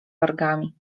wargami